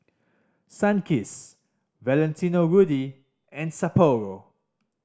Sunkist Valentino Rudy and Sapporo